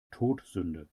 todsünde